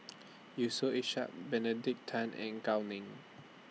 Yusof Ishak Benedict Tan and Gao Ning